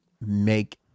make